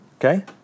Okay